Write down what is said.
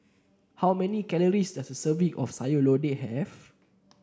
how many calories does a serving of Sayur Lodeh have